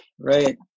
right